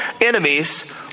enemies